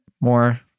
more